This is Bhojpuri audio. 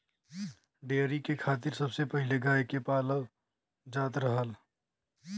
डेयरी के खातिर सबसे पहिले गाय के पालल जात रहल